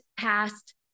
past